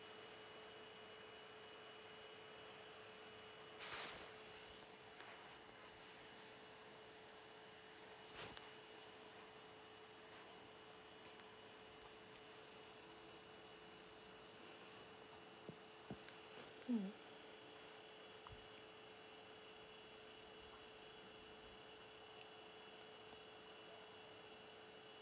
mm